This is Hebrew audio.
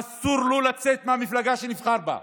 אסור לו לצאת מהמפלגה שנבחר בה.